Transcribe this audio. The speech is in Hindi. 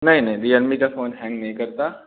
नहीं नहीं रियलमी का फ़ोन हैंग नहीं करता